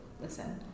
listen